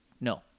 no